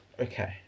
Okay